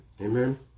amen